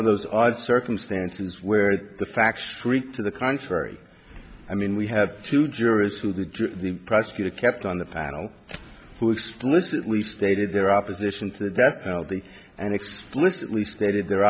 of those odd circumstances where the facts straight to the contrary i mean we had two jurors who the prosecutor kept on the panel who explicitly stated their opposition to the death penalty and explicitly stated the